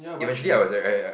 eventually I was like !aiya!